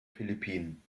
philippinen